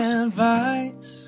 advice